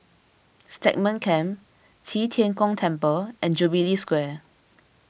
Stagmont Camp Qi Tian Gong Temple and Jubilee Square